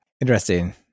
Interesting